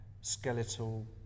skeletal